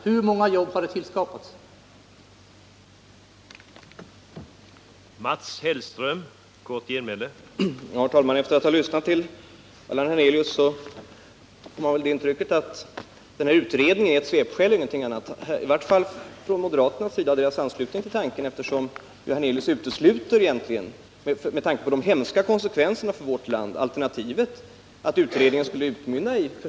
Hur många jobb har tillskapats av detta?